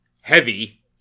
heavy